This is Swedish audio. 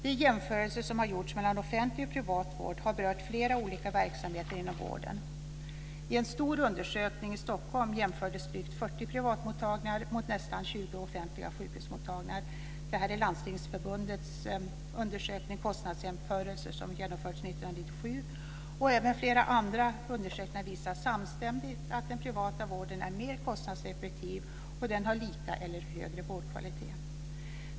De jämförelser som har gjorts mellan offentlig och privat vård har berört flera olika verksamheter inom vården. I en stor undersökning i Stockholm jämfördes drygt 40 privatmottagningar mot nästan 20 offentliga sjukhusmottagningar. Det var Landstingsförbundets undersökning Kostnadsjämförelser som genomfördes 1997. Även flera andra undersökningar visar samstämmigt att den privata vården är mer kostnadseffektiv och att den har lika eller högre vårdkvalitet.